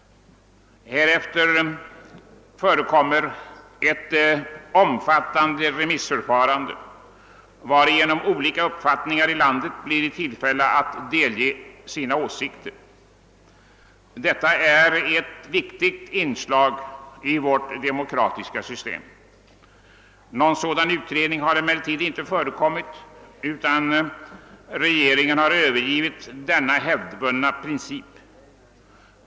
Härefter förekommer ett omfattande remissförfarande, varigenom organisationer med olika uppfattningar blir i tillfälle att delge sina åsikter. Detta är ett viktigt inslag i vårt demokratiska system. Någon sådan utredning har emellertid inte förekommit, utan regeringen har övergivit denna hävdvunna prin cip.